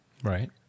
Right